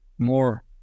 More